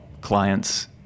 clients